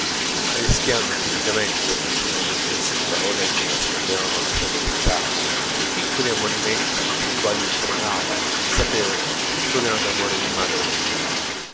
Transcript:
subito arrischiando timidamente con una dolcezza di parole che nascondevano la severità dei piccoli ammonimenti nei quali tremava inconsapevole il suo grande amore di madre lontana